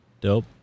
Dope